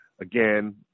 Again